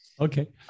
okay